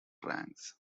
ranks